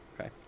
Okay